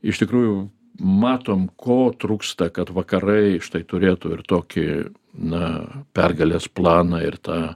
iš tikrųjų matom ko trūksta kad vakarai štai turėtų ir tokį na pergalės planą ir tą